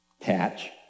patch